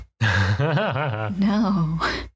No